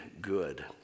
good